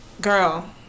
girl